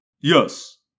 Yes